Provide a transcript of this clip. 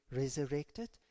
resurrected